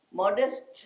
modest